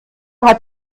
hat